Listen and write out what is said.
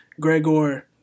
gregor